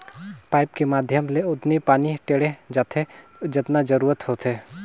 pipe के माधियम ले ओतनी पानी टेंड़े जाथे जतना जरूरत होथे